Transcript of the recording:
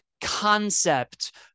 concept